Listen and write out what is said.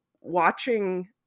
watching –